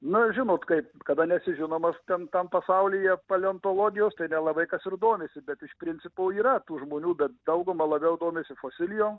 na žinot kaip kada nesi žinomas pasaulyje paleontologijos tai nelabai kas ir domisi bet iš principo yra tų žmonių bet dauguma labiau domisi fosilijų